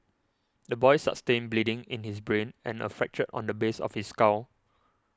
the boy sustained bleeding in his brain and a fracture on the base of his skull